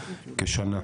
כשנה.